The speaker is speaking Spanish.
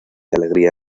alegría